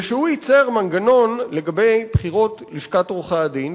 זה שהוא ייצר מנגנון לגבי בחירות לשכת עורכי-הדין,